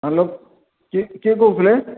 hello କିଏ କିଏ କହୁଥିଲେ